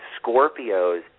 Scorpio's